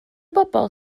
bobl